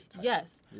Yes